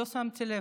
לא שמתי לב.